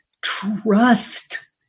trust